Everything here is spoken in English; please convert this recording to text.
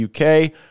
UK